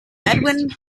edwin